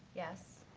yes.